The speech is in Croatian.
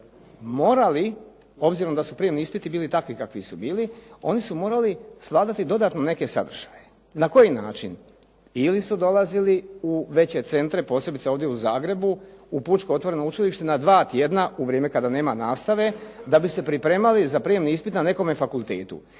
morali, obzirom da su prijemni ispiti bili takvi kakvi su bili, oni su morali svladati dodatno neke sadržaje. Na koji način? Ili su dolazili u veće centre, posebice ovdje u Zagrebu, u Pučko otvoreno učilište na dva tjedna u vrijeme kada nema nastave, da bi se pripremali za prijemni ispit na nekom fakultetu.